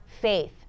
faith